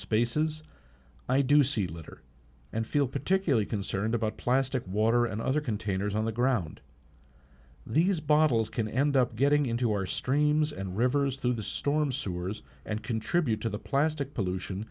spaces i do see litter and feel particularly concerned about plastic water and other containers on the ground these bottles can end up getting into our streams and rivers through the storm sewers and contribute to the plastic pollution